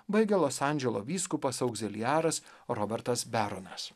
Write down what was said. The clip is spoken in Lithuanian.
baigia los andželo vyskupas augziliaras robertas beronas